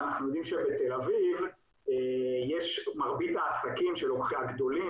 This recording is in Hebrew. שאנחנו יודעים שבתל אביב מרבית העסקים הגדולים